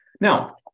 Now